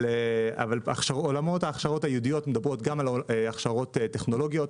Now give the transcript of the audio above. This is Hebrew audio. אבל עולמות ההכשרות הייעודיות מדברות גם על הכשרות טכנולוגיות,